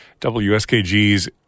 WSKG's